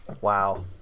Wow